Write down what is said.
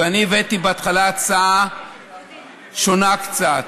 ואני הבאתי בהתחלה הצעה שונה קצת.